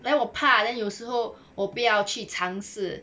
then 我怕 then 有时候我不要去尝试